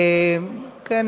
כן,